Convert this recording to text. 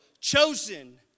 chosen